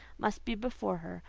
must be before her,